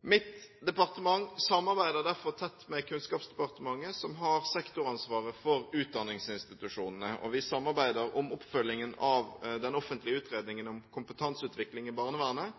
Mitt departement samarbeider derfor tett med Kunnskapsdepartementet, som har sektoransvaret for utdanningsinstitusjonene. Vi samarbeider om oppfølgingen av den offentlige utredningen om kompetanseutvikling i barnevernet,